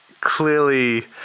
clearly